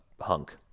hunk